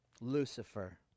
Lucifer